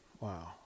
wow